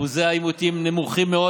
אחוזי האימותים נמוכים מאוד,